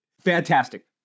fantastic